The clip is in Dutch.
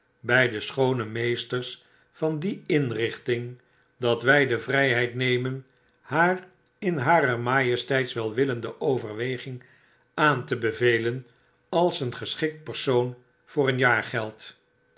bij de schoone meesteres van die inrichting datwij devrijheid nemen haar in harer majesteit's welwillende overweging aan te bevelen als een geschikt persoon voor een